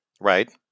Right